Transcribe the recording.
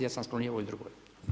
Ja sam skloniji ovoj drugoj.